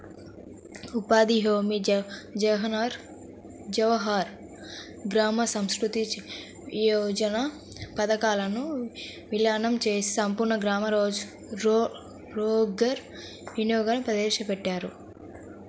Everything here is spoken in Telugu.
ఉపాధి హామీ, జవహర్ గ్రామ సమృద్ధి యోజన పథకాలను వీలీనం చేసి సంపూర్ణ గ్రామీణ రోజ్గార్ యోజనని ప్రవేశపెట్టారు